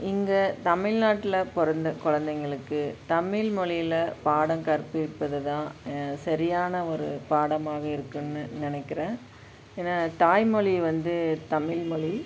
இங்கே தமிழ் நாட்டில் பிறந்த கொழந்தைங்களுக்கு தமிழ் மொழில பாடம் கற்பிப்பது தான் சரியான ஒரு பாடமாக இருக்கும்னு நினைக்கிறேன் ஏன்னால் தாய்மொழி வந்து தமிழ் மொழி